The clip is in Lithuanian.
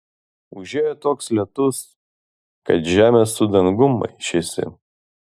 užėjo toks lietus kad žemė su dangum maišėsi